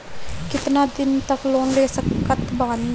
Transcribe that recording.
कितना तक लोन ले सकत बानी?